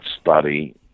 study